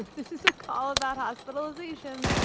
this is a call about hospitalization.